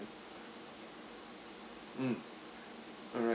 mm alright